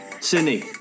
Sydney